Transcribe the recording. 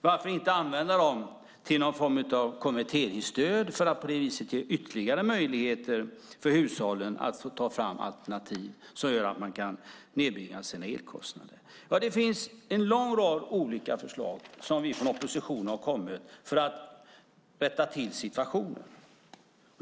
Varför inte använda dem till någon form konverteringsstöd för att på det viset ge ytterligare möjligheter för hushållen att ta fram alternativ som gör att man kan nedbringa sina elkostnader? Vi i oppositionen har kommit med en lång rad olika förslag för att rätta till situationen.